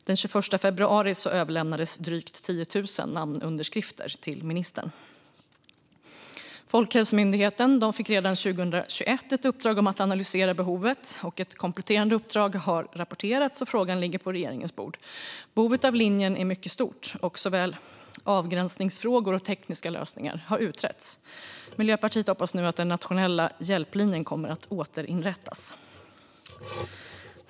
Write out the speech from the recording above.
Den 21 februari överlämnades drygt 10 000 namnunderskrifter till ministern. Folkhälsomyndigheten fick redan 2021 ett uppdrag att analysera behovet. Ett kompletterande uppdrag har rapporterats, och frågan ligger på regeringens bord. Behovet av linjen är mycket stort, och såväl avgränsningsfrågor som tekniska lösningar har utretts. Miljöpartiet hoppas nu att den nationella hjälplinjen kommer att återinrättas.